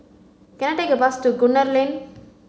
can I take a bus to Gunner Lane